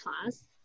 class